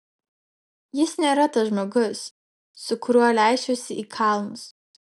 jis nėra tas žmogus su kuriuo leisčiausi į kalnus